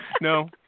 No